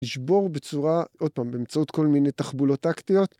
נשבור בצורה, עוד פעם, באמצעות כל מיני תחבולות טקטיות.